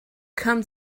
come